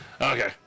Okay